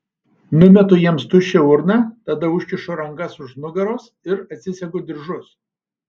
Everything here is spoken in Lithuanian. numetu jiems tuščią urną tada užkišu rankas už nugaros ir atsisegu diržus